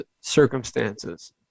circumstances